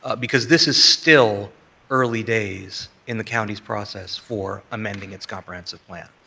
because this is still early days in the county's process for amending its comprehensive plan.